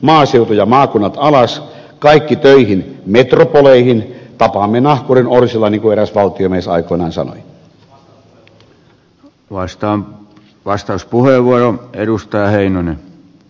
maaseutu ja maakunnat alas kaikki töihin metropoleihin tapaamme nahkurin orsilla niin kuin eräs valtiomies aikoinaan sanoi